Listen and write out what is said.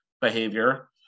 behavior